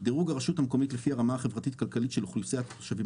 דירוג הרשות המקומית לפי הרמה החברתית כלכלית של אוכלוסיית התושבים